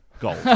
Gold